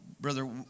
Brother